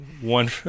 one